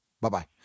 Bye-bye